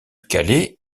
calais